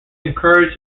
encouraged